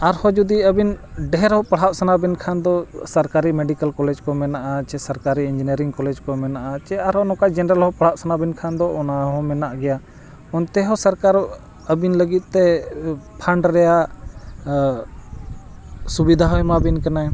ᱟᱨᱦᱚᱸ ᱡᱩᱫᱤ ᱟᱹᱵᱤᱱ ᱰᱷᱮᱨ ᱦᱚᱸ ᱯᱟᱲᱦᱟᱜ ᱥᱟᱱᱟᱵᱤᱱ ᱠᱷᱟᱱ ᱫᱚ ᱥᱚᱨᱠᱟᱨᱤ ᱢᱮᱰᱤᱠᱮᱞ ᱠᱚᱞᱮᱡᱽ ᱠᱚ ᱢᱮᱱᱟᱜᱼᱟ ᱥᱮ ᱥᱚᱨᱠᱟᱨᱤ ᱤᱧᱡᱤᱱᱤᱭᱟᱨᱤᱝ ᱠᱚᱞᱮᱡᱽ ᱠᱚ ᱢᱮᱱᱟᱜᱼᱟ ᱥᱮ ᱟᱨᱦᱚᱸ ᱱᱚᱝᱠᱟ ᱡᱮᱱᱟᱨᱮᱞ ᱦᱚᱸ ᱯᱟᱲᱦᱟᱜ ᱥᱟᱱᱟᱵᱮᱱ ᱠᱷᱟᱱ ᱫᱚ ᱚᱱᱟ ᱦᱚᱸ ᱢᱮᱱᱟᱜ ᱜᱮᱭᱟ ᱚᱱᱛᱮ ᱦᱚᱸ ᱥᱚᱨᱠᱟᱨ ᱟᱹᱵᱤᱱ ᱞᱟᱹᱜᱤᱫ ᱛᱮ ᱯᱷᱟᱱᱰ ᱨᱮᱱᱟᱜ ᱥᱩᱵᱤᱫᱷᱟ ᱦᱚᱸ ᱮᱢᱟᱵᱤᱱ ᱠᱟᱱᱟᱭ